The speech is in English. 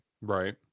Right